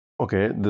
Okay